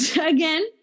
again